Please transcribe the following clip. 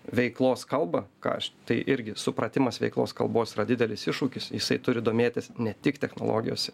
veiklos kalbą ką aš tai irgi supratimas veiklos kalbos yra didelis iššūkis jisai turi domėtis ne tik technologijose